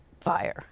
fire